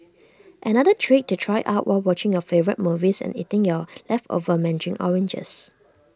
another trick to try out while watching your favourite movies and eating your leftover Mandarin oranges